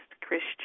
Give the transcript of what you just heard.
Christian